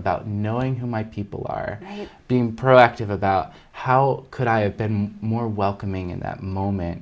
about knowing who my people are being proactive about how could i have been more welcoming in that moment